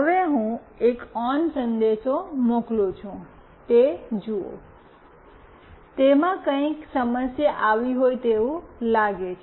હવે હું એક ઓન સંદેશ મોકલું છું તે જુઓ તેમાં કંઇક સમસ્યા આવી હોય તેવું લાગે છે